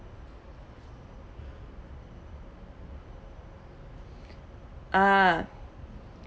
ah